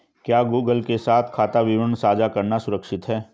क्या गूगल के साथ खाता विवरण साझा करना सुरक्षित है?